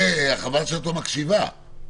חבל שאת לא מקשיבה.